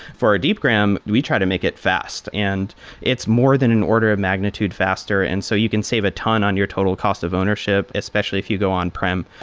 for deepgram, we try to make it fast. and it's more than an order of magnitude faster. and so you can save a ton on your total cost of ownership especially if you go on-prem.